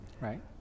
Right